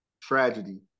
tragedy